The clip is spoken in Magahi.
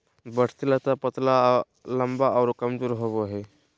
बढ़ती लता पतला लम्बा आरो कमजोर होबो हइ